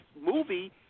movie